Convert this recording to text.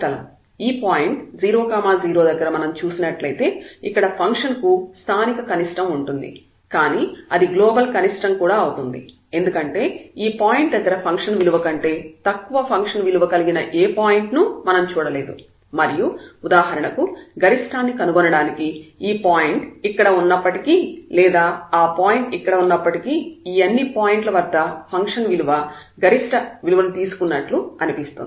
ఈ పాయింట్ 0 0 దగ్గర మనం చూసినట్లయితే ఇక్కడ ఫంక్షన్ కు స్థానిక కనిష్టం ఉంటుంది కానీ అది గ్లోబల్ కనిష్టం కూడా అవుతుంది ఎందుకంటే ఈ పాయింట్ దగ్గర ఫంక్షన్ విలువ కంటే తక్కువ ఫంక్షన్ విలువ కలిగిన ఏ పాయింట్ నూ మనం చూడలేదు మరియు ఉదాహరణకు గరిష్ఠాన్ని కనుగొనడానికి ఈ పాయింట్ ఇక్కడ ఉన్నప్పటికీ లేదా ఆ పాయింట్ ఇక్కడ ఉన్నప్పటికీ ఈ అన్ని పాయింట్ల వద్ద ఫంక్షన్ గరిష్ట విలువలను తీసుకున్నట్లు అనిపిస్తుంది